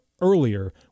earlier